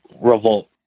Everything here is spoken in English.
revolt